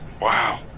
Wow